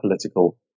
political